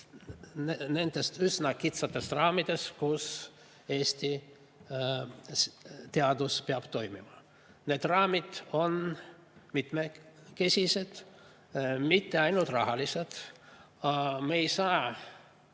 nendest üsna kitsastest raamidest, kus Eesti teadus peab toimima. Need raamid on mitmesugused, mitte ainult rahalised. Me ei saa